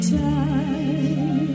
time